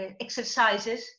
exercises